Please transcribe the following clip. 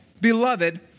Beloved